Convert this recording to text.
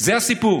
זה הסיפור.